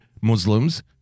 Muslims